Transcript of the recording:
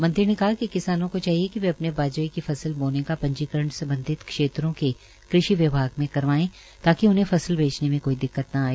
मंत्री ने कहा कि किसानों को चाहिए कि वे अपने बाजरे की फसल बोने का पंजीकरण संबंधित क्षेत्रों के कृषि विभाग में करवाए ताकि उन्हें अपनी फसल बेचने में कोई दिक्कत न आए